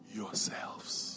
yourselves